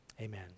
amen